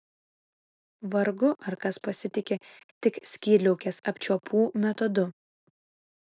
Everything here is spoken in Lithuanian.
vargu ar kas pasitiki tik skydliaukės apčiuopų metodu